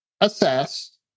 assess